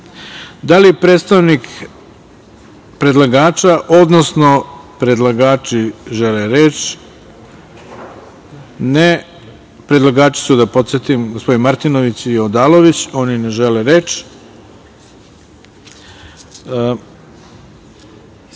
li predstavnik predlagača, odnosno predlagači žele reč? Ne, predlagači su da podsetim, gospodin Martinović, i Odalović, oni ne žele reč. Da